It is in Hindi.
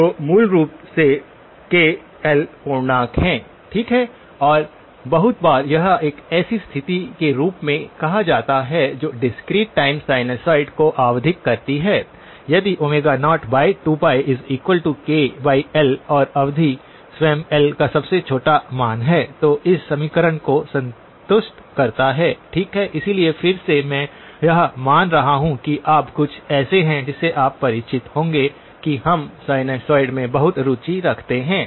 तो मूल रूप से के एल पूर्णांक हैं ठीक है और बहुत बार यह एक ऐसी स्थिति के रूप में कहा जाता है जो डिस्क्रीट टाइम साइनसॉइड को आवधिक कहती है यदि 02πKL और अवधि स्वयं एल का सबसे छोटा मान है तो इस समीकरण को संतुष्ट करता है ठीक है इसलिए फिर से मैं यह मान रहा हूं कि आप कुछ ऐसे हैं जिससे आप परिचित होंगे कि हम साइनडोइड में बहुत रुचि रखते हैं